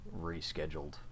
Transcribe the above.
rescheduled